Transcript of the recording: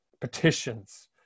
petitions